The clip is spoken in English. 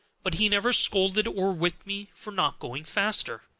but he never scolded or whipped me for not going faster.